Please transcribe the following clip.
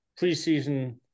preseason